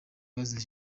abazize